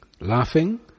laughing